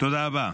תודה רבה.